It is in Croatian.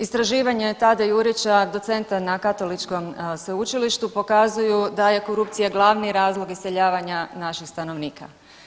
Istraživanje Tada Jurića, docenta na Katoličkom sveučilištu pokazuju da je korupcija glavni razlog iseljavanja naših stanovnika.